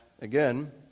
again